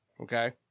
Okay